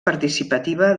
participativa